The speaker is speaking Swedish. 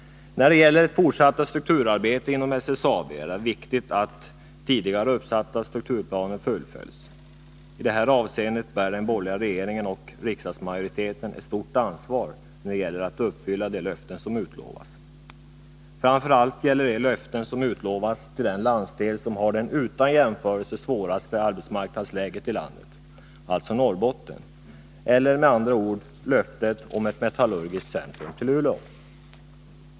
För det fortsatta strukturarbetet inom SSAB är det viktigt att tidigare uppsatta strukturplaner fullföljs. I det avseendet bär den borgerliga regeringen och riksdagsmajoriteten ett stort ansvar när det gäller att uppfylla vad som utlovas. Framför allt gäller det löften till de anställda i den landsdel som har det utan jämförelse svåraste arbetsmarknadsläget i landet, alltså Norrbotten, eller med andra ord löftet om att förlägga ett metallurgiskt centrum till Luleå.